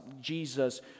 Jesus